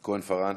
כהן-פארן,